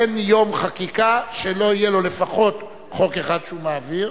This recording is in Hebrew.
כבוד שר האוצר אומר שהוא טעה,